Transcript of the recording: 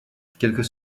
quelques